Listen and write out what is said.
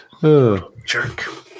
Jerk